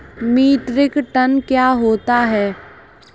Metric tonne क्या होता है?